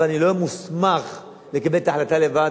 אבל אני לא מוסמך לקבל את ההחלטה לבד,